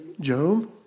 Job